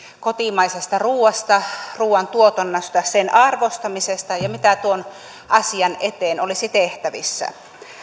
kotimaisesta ruuasta ruuantuotannosta sen arvostamisesta ja siitä mitä tuon asian eteen olisi tehtävissä